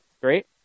Great